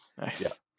Nice